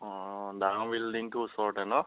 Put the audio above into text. অ ডাঙৰ বিল্ডিংটোৰ ওচৰতে ন'